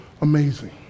amazing